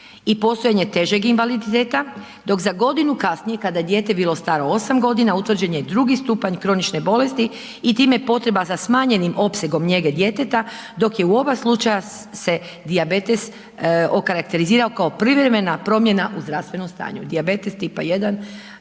i postojanje težeg invaliditeta, dok za godinu kasnije, kada je dijete bilo staro 8 godina, utvrđen je 2. stupanj kronične bolesti i time potreba za smanjenim opsegom njege djeteta, dok je u oba slučaja se dijabetes okarakterizirao kao privremena promjena u zdravstvenom stanju, dijabetes tipa 1,